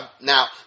Now